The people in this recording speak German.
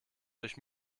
durch